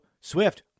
Swift